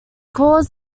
calls